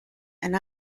and